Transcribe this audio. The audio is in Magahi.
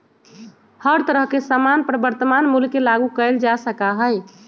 हर तरह के सामान पर वर्तमान मूल्य के लागू कइल जा सका हई